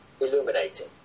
illuminating